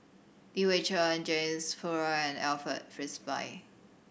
Li Hui Cheng James Puthucheary and Alfred Frisby